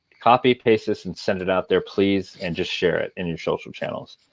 copy, paste this, and send it out there, please. and just share it in your social channels.